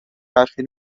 حرفی